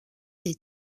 des